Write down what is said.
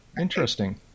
Interesting